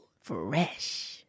Fresh